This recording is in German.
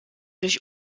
durch